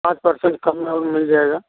पाँच पर्सेंट कम में और मिल जाएगा